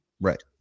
Right